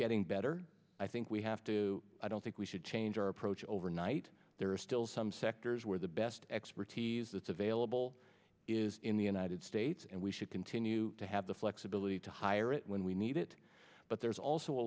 getting better i think we have to i don't think we should change our approach overnight there are still some sectors where the best expertise that's available is in the united states and we should continue to have the flexibility to hire it when we need it but there's also a